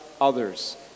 others